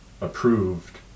approved